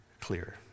clear